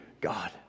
God